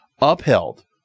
upheld